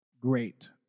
great